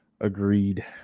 Agreed